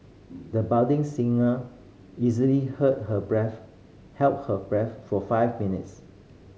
the budding singer easily heard her breath held her breath for five minutes